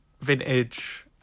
vintage